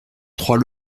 trois